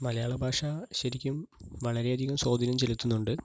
മലയാള ഭാഷ ശരിക്കും വളരെ അധികം സ്വാധീനം ചെലുത്തുന്നുണ്ട്